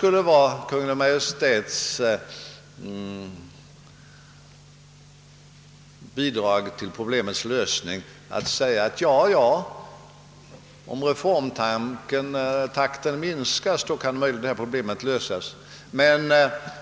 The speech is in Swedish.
Kungl. Maj:t skulle alltså bidra till problemets lösning genom att säga: Ja, om reformtakten minskas kan möjligen detta problem lösas, men